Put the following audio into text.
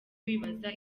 bibaza